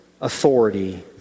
authority